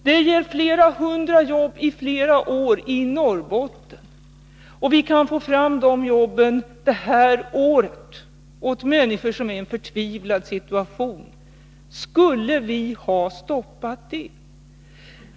Det ger flera hundra jobb i flera år i Norrbotten, och vi kan få fram de jobben det här året åt människor som är i en förtvivlad situation. Skulle vi ha stoppat det?